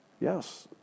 yes